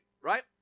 right